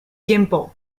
gimpo